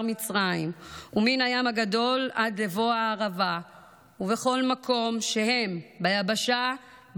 מצרים ומן הים הגדול עד לבוא הערבה ובכל מקום שהם ביבשה,